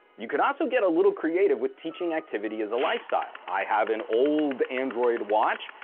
you can also get a little creative with teaching activity as a lifestyle. i have an old android watch,